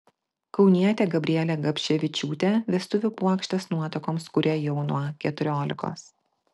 kaunietė gabrielė gabševičiūtė vestuvių puokštes nuotakoms kuria jau nuo keturiolikos